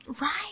Right